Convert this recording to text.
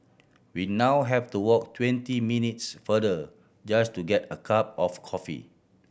we now have to walk twenty minutes farther just to get a cup of coffee